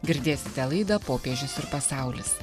girdėsite laidą popiežius ir pasaulis